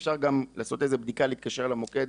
אפשר גם לעשות איזו בדיקה ולהתקשר למוקד.